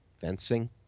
fencing